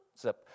zip